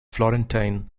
florentine